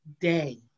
day